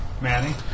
Manny